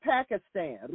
Pakistan